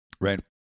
Right